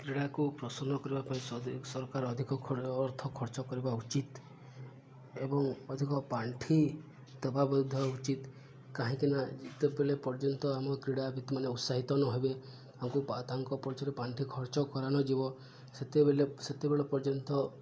କ୍ରୀଡ଼ାକୁ ପ୍ରସନ୍ନ କରିବା ପାଇଁ ସରକାର ଅଧିକ ଅର୍ଥ ଖର୍ଚ୍ଚ କରିବା ଉଚିତ୍ ଏବଂ ଅଧିକ ପାଣ୍ଠି ଦେବା ମଧ୍ୟ ଉଚିତ୍ କାହିଁକିନା ଯେତେବେଳେ ପର୍ଯ୍ୟନ୍ତ ଆମ କ୍ରୀଡ଼ା ଭିତ୍ତମାନେ ଉତ୍ସାହିତ ନହେବେ ତାଙ୍କୁ ତାଙ୍କ ପଛରେ ପାଣ୍ଠି ଖର୍ଚ୍ଚ କରାନଯିବ ସେତେବେଳେ ସେତେବେଳେ ପର୍ଯ୍ୟନ୍ତ